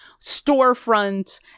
storefront